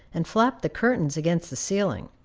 and flapped the curtains against the ceiling.